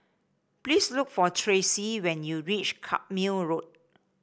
please look for Tracy when you reach Carpmael Road